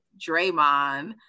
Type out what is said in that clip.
Draymond